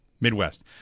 Midwest